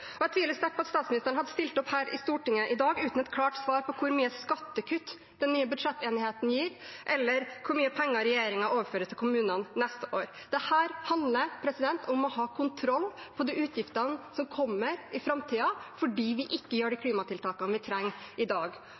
Jeg tviler sterkt på at statsministeren hadde stilt opp er i Stortinget i dag uten et klart svar på hvor mye skattekutt den nye budsjettenigheten gir, eller hvor mye penger regjeringen overfører til kommunene neste år. Dette handler om å ha kontroll på de utgiftene som kommer i framtiden fordi vi ikke gjør de klimatiltakene vi trenger i dag.